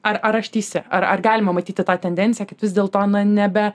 ar aš teisi ar ar galima matyti tą tendenciją kad vis dėl to nebe